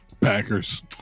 Packers